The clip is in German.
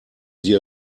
sie